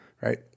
right